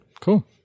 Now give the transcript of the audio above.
Cool